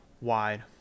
wide